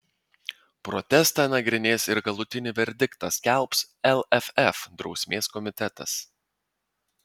protestą nagrinės ir galutinį verdiktą skelbs lff drausmės komitetas